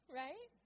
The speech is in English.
right